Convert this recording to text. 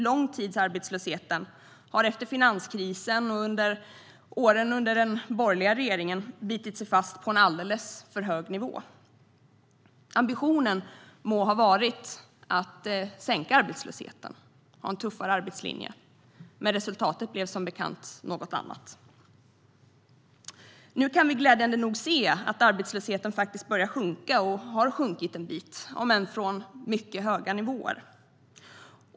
Långtidsarbetslösheten har efter finanskrisen och under åren med den borgerliga regeringen bitit sig fast på en alldeles för hög nivå. Ambitionen må ha varit att sänka arbetslösheten och ha en tuffare arbetslinje, men resultatet blev som bekant något annat. Nu kan vi glädjande nog se att arbetslösheten faktiskt börjar sjunka och har sjunkit en bit, om än från mycket höga nivåer.